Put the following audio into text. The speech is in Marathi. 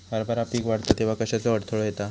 हरभरा पीक वाढता तेव्हा कश्याचो अडथलो येता?